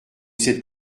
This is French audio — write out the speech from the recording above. cette